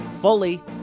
Fully